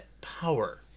power